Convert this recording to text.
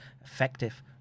effective